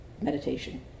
meditation